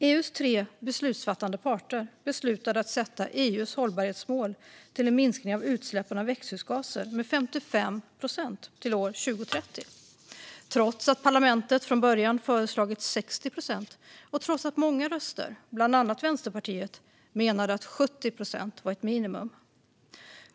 EU:s tre beslutsfattande parter beslutade att sätta EU:s hållbarhetsmål till en minskning av utsläppen av växthusgaser med 55 procent till år 2030, trots att parlamentet från början hade föreslagit 60 procent och trots att många röster, bland annat Vänsterpartiet, menade att 70 procent var ett minimum.